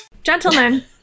Gentlemen